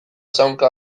zaunka